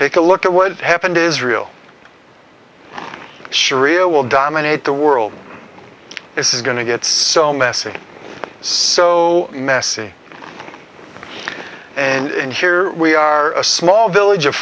take a look at what happened israel shari'a will dominate the world this is going to get so messy so messy and here we are a small village of